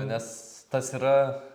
nes tas yra